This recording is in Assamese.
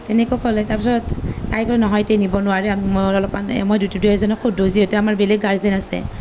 তেনেকৈ ক'লে তাৰ পিছত তাই ক'লে নহয় এতিয়া নিব নোৱাৰে মই অলপমান মই দুই এজনক সোধোঁ যে যিহেতু আমাৰ বেলেগ গাৰ্জেন আছে